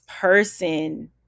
person